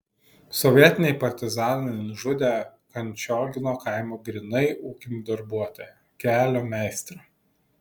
sovietiniai partizanai nužudė kančiogino kaimo grynai ūkinį darbuotoją kelio meistrą